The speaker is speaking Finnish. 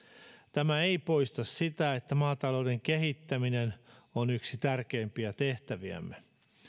tämä ei poista sitä että maatalouden kehittäminen on yksi tärkeimpiä tehtäviämme